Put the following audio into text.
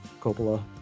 Coppola